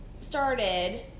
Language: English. started